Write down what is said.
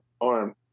arm